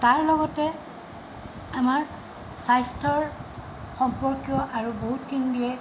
তাৰ লগতে আমাৰ স্বাস্থ্যৰ সম্পৰ্কীয় আৰু বহুতখিনি দিয়ে